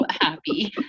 happy